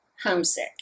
homesick